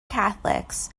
catholics